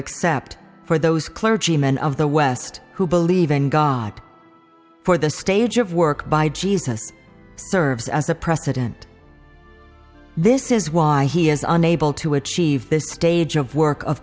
accept for those clergymen of the west who believe in god for the stage of work by jesus serves as a precedent this is why he is unable to achieve this stage of work of